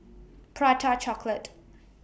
Prata Chocolate